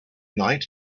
night